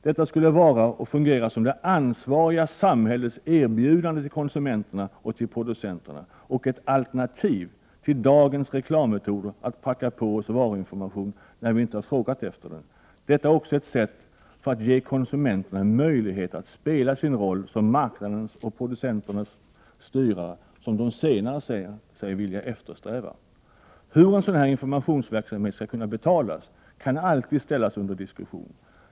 Detta skulle då vara och fungera som det ansvariga samhällets erbjudande till konsumenterna och till producenterna och ett alternativ till dagens reklammetoder att pracka på oss varuinformation när vi inte har frågat efter den. Detta är också ett sätt att ge konsumenterna en möjlighet att spela sin roll som marknadens och producenternas styrare, vilket de senare säger sig vilja eftersträva. Hur en sådan informationsverksamhet skall betalas kan alltid ställas under diskussion.